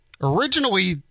Originally